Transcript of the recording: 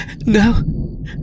No